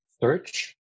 search